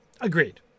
Agreed